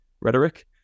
rhetoric